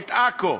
את עכו,